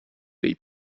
dei